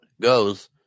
goes